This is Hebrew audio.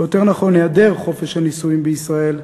או יותר נכון היעדר חופש הנישואים בישראל,